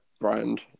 brand